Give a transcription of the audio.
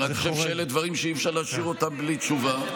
אני חושב שאלו דברים שאי-אפשר להשאיר אותם בלי תשובה.